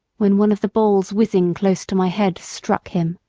when one of the balls whizzing close to my head struck him.